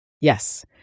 Yes